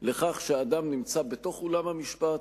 לכך שהאדם נמצא באולם המשפט,